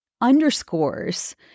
underscores